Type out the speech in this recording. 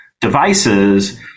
devices